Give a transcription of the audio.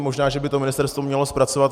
Možná že by to ministerstvo mělo zpracovat.